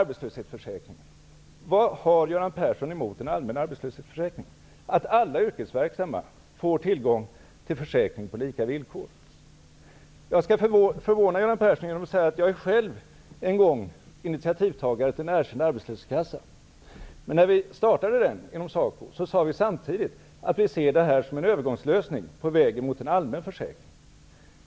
Vad har Göran Persson emot en allmän arbetslöshetsförsäkring, att alla yrkesverksamma får tillgång till försäkring på lika villkor? Jag skall förvåna Göran Persson genom att berätta att jag själv en gång var initiativtagare till en erkänd arbetslöshetskassa. När vi då inom SACO startade denna arbetslöshetskassa sade vi samtidigt att vi såg detta som en övergångslösning på vägen mot en allmän försäkring.